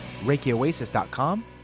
ReikiOasis.com